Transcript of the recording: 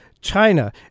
China